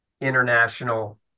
international